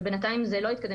בינתיים זה לא התקדם,